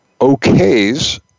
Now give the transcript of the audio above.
okays